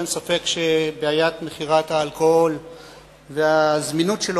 אין ספק שבעיית מכירת האלכוהול והזמינות שלו